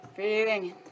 Breathing